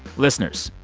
listeners,